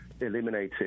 eliminating